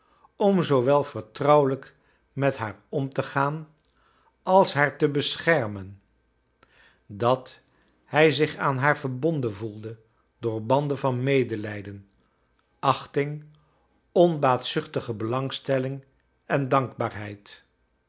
om zoo wel vertrouwelrjk met haar om te gaan als haar te beschermen dat hij zich aan haar verbonden voelde door banden van medelijden achting onbaatzuchtige belangstelling en dankbaarheid